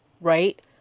right